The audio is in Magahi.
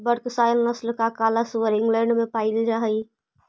वर्कशायर नस्ल का काला सुअर इंग्लैण्ड में पायिल जा हई